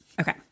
Okay